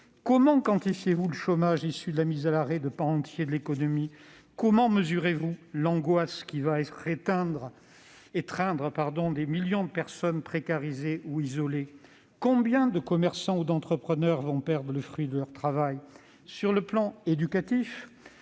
comment quantifiez-vous le chômage issu de la mise à l'arrêt de pans entiers de l'économie ? Comment mesurez-vous l'angoisse qui va étreindre des millions de personnes précarisées ou isolées ? Combien de commerçants ou d'entrepreneurs vont perdre le fruit de leur travail ? Sur le plan éducatif,